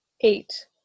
Eight